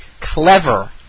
clever